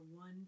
one